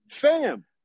Fam